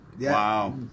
Wow